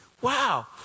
Wow